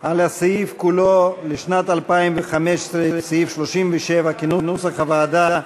על הסעיף כולו לשנת 2015, סעיף 37, כנוסח הוועדה,